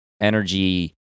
energy